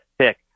pick